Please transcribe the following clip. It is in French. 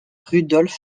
rudolf